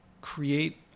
create